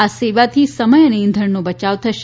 આ સેવાથી સમય તથા ઇંધણનો બચાવ થશે